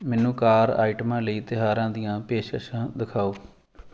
ਮੈਨੂੰ ਕਾਰ ਆਈਟਮਾਂ ਲਈ ਤਿਉਹਾਰਾਂ ਦੀਆਂ ਪੇਸ਼ਕਸ਼ਾਂ ਦਿਖਾਓ